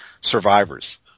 survivors